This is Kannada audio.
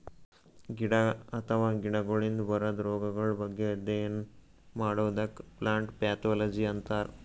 ಗಿಡ ಅಥವಾ ಬೆಳಿಗೊಳಿಗ್ ಬರದ್ ರೊಗಗಳ್ ಬಗ್ಗೆ ಅಧ್ಯಯನ್ ಮಾಡದಕ್ಕ್ ಪ್ಲಾಂಟ್ ಪ್ಯಾಥೊಲಜಿ ಅಂತರ್